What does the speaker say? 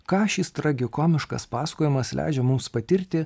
ką šis tragikomiškas pasakojimas leidžia mums patirti